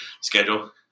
schedule